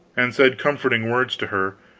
and said comforting words to her,